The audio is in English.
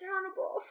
accountable